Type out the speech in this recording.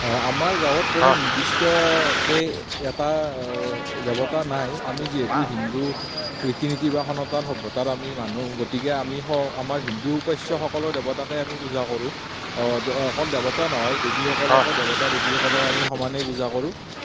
অ আমাৰ গাঁৱত কোনো নিৰ্দিষ্টকৈ এটা দেৱতা নাই আমি যিহেতু হিন্দু ৰীতি নীতিৰ বা সনাতন সভ্যতাৰ আমি মানুহ গতিকে আমি আমাৰ হিন্দু উপাস্য সকলো দেৱতাকে আমি পূজা কৰোঁ অকল দেৱতা নহয় দেৱীসকলকো দেৱতা দেৱীসকলকো আমি সমানেই পূজা কৰোঁ